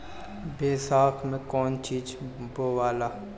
बैसाख मे कौन चीज बोवाला?